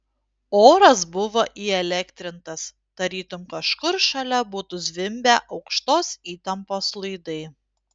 oras buvo įelektrintas tarytum kažkur šalia būtų zvimbę aukštos įtampos laidai